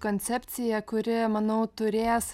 koncepcija kuri manau turės